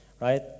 right